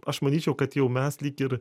aš manyčiau kad jau mes lyg ir